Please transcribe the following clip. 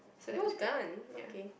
well done okay